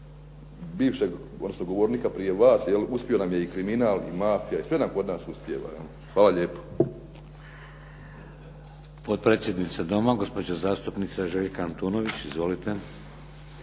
odnosno govornika prije vas. Uspio nam je i kriminal, i mafija, i sve kod nas uspijeva. Hvala lijepo.